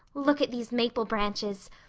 look at these maple branches.